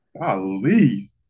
Golly